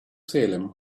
salem